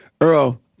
Earl